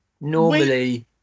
normally